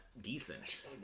decent